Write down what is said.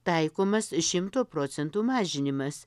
taikomas šimto procentų mažinimas